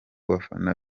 bafana